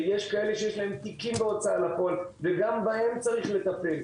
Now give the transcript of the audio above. יש כאלה שיש להם תיקים בהוצאה לפועל וגם בהם צריך לטופל.